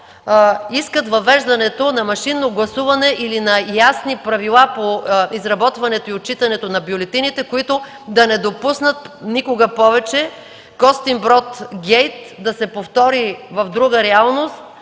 искат въвеждането на машинно гласуване или на ясни правила по изработването и отчитането на бюлетините, които да не допуснат никога повече Костинбродгейт да се повтори в друга реалност